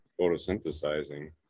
photosynthesizing